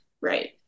right